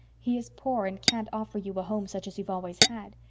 he is poor and can't offer you a home such as you've always had.